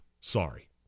Sorry